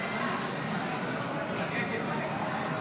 60